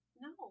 No